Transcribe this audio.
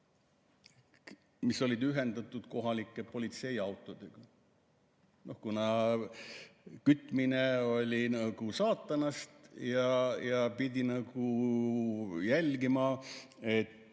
mis olid ühendatud kohalike politseiautodega. Kuna kütmine oli saatanast ja pidi jälgima, et